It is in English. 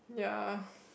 ya